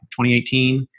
2018